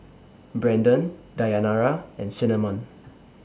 Brandon Dayanara and Cinnamon